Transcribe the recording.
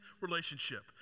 relationship